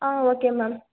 ah okay ma'am